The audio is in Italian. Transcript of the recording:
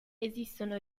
esistono